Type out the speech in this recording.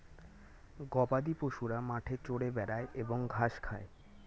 গবাদিপশুরা মাঠে চরে বেড়ায় এবং ঘাস খায়